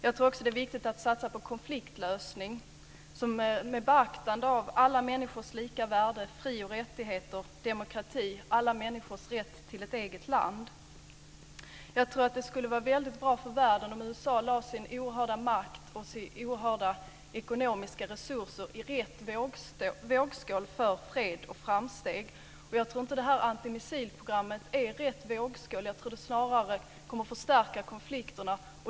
Jag tror också att det är viktigt att satsa på konfliktlösning med beaktande av alla människors lika värde, fri och rättigheter, demokrati och alla människors rätt till ett eget land. Jag tror att det skulle vara väldigt bra för världen om USA lade sin oerhörda makt och sina oerhörda ekonomiska resurser i rätt vågskål för fred och framsteg. Jag tror inte att antimissilprogrammet är rätt vågskål. Jag tror snarare att det kommer att förstärka konflikterna.